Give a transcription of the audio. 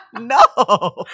no